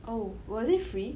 oh was it free